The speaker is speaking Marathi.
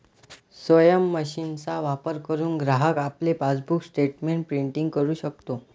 स्वयम मशीनचा वापर करुन ग्राहक आपले पासबुक स्टेटमेंट प्रिंटिंग करु शकतो